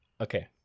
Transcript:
Okay